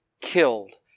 killed